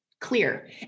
clear